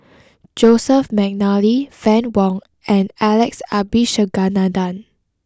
Joseph McNally Fann Wong and Alex Abisheganaden